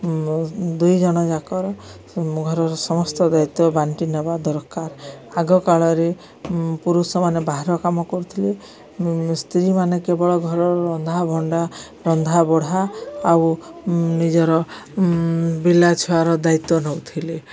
ଦୁଇଜଣ ଯାକର ଘରର ସମସ୍ତ ଦାୟିତ୍ୱ ବାଣ୍ଟି ନେବା ଦରକାର ଆଗକାଳରେ ପୁରୁଷମାନେ ବାହାର କାମ କରୁଥିଲେ ସ୍ତ୍ରୀ କେବଳ ଘରର ରନ୍ଧା ଭଣ୍ଡା ରନ୍ଧାବଢ଼ା ଆଉ ନିଜର ପିଲା ଛୁଆର ଦାୟିତ୍ୱ ନଉଥିଲେ